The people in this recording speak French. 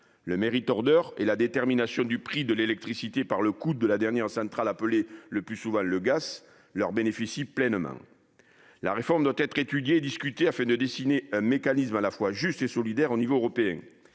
renouvelables. Le et la détermination du prix de l'électricité par le coût de la dernière centrale appelée, le plus souvent le gaz, leur bénéficie pleinement ! La réforme doit être étudiée et discutée, afin de dessiner un mécanisme à la fois juste et solidaire au niveau européen.